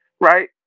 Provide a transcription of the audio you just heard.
Right